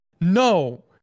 No